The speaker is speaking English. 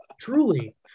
truly